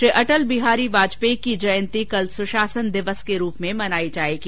श्री अटल बिहारी वाजपेयी की जयंती कल सुशासन दिवस के रूप में मनाई जायेगी